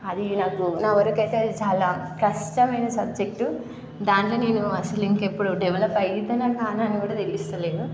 అది నాకు నావరకైతే అది చాలా కష్టమైన సబ్జెక్టు దాంట్లో నేను అసలు ఇంకెప్పుడు డెవలప్ అవుతానో కానో అని కూడా తెలుస్తల్లేదు